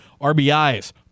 RBIs